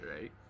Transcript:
right